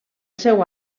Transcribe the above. seu